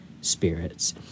Spirits